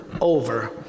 over